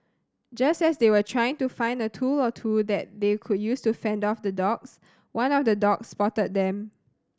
just as they were trying to find a tool or two that they could use to fend off the dogs one of the dogs spotted them